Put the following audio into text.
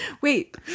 Wait